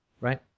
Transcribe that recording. right